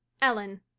ellen.